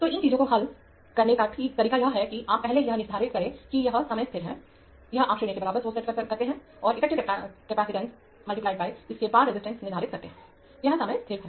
तो इन चीजों को हल करने का तरीका यह है कि आप पहले यह निर्धारित करें कि यह समय स्थिर है यह आप 0 के बराबर सोर्स सेट करते हैं और इफेक्टिव कपसिटंस × इसके पार रेजिस्टेंस निर्धारित करते हैं वह समय स्थिर है